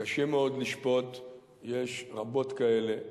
קשה מאוד לשפוט, יש רבות כאלה.